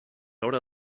obra